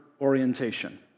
orientation